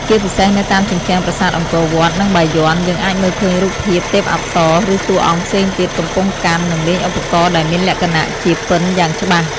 ជាពិសេសនៅតាមជញ្ជាំងប្រាសាទអង្គរវត្ត និងបាយ័ន យើងអាចមើលឃើញរូបភាពទេពអប្សរ ឬតួអង្គផ្សេងទៀតកំពុងកាន់ និងលេងឧបករណ៍ដែលមានលក្ខណៈជាពិណយ៉ាងច្បាស់។